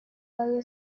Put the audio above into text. very